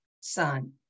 son